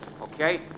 Okay